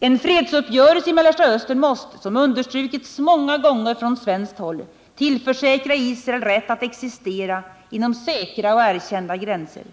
En fredsuppgörelse i Mellersta Östern måste — som understrukits många gånger från svenskt håll — tillförsäkra Israel rätt att existera inom säkra och erkända gränser.